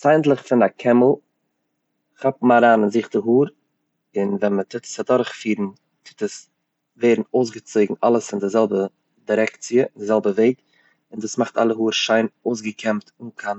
ציינדלעך פון א קעמל כאפן אריין אין זיך די האר ,און ווען מען טוט עס אדורכפירן טוט עס ווערן אויסגעצויגן אלעס אין די זעלבע דירעקציע די זעלבע וועג, און דאס מאכט אלע האר שיין אויסגעקעמט אן קיין